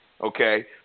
Okay